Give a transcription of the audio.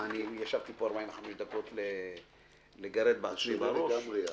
מה, ישבתי פה במשך 45 דקות כדי לגרד לעצמי בראש?